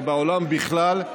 ובעולם בכלל,